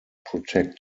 protect